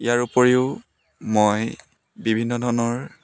ইয়াৰ উপৰিও মই বিভিন্ন ধৰণৰ